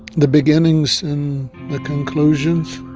the beginnings and the conclusions.